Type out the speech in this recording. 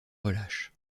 relâche